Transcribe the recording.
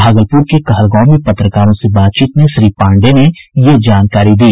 भागलपुर के कहलगांव में पत्रकारों से बातचीत में श्री पांडेय ने यह जानकारी दी